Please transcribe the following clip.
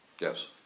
Yes